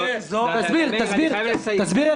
תסביר, תסביר.